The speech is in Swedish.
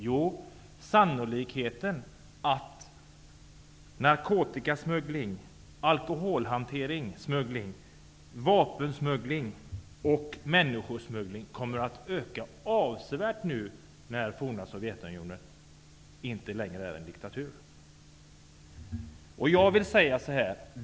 Jo, sannolikheten är stor för att narkotikasmuggling, alkoholsmuggling, vapensmuggling och människosmuggling kommer att öka avsevärt nu när det forna Sovjetunionen inte längre är en diktatur.